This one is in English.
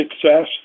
success